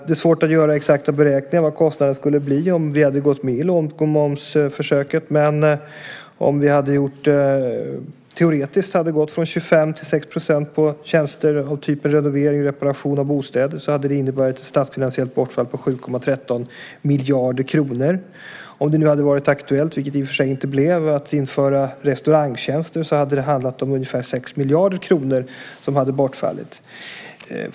Det är svårt att göra exakta beräkningar av vad kostnaden skulle ha blivit om vi hade gått med i lågmomsförsöket. Men om vi teoretiskt hade gått från 25 % till 6 % på tjänster av typen renovering och reparation av bostäder hade det inneburit ett statsfinansiellt bortfall på 7,13 miljarder kronor. Om det hade varit aktuellt, vilket det i och för sig inte blev, att införa lågmoms för restaurangtjänster hade det handlat om ungefär 6 miljarder kronor som hade bortfallit.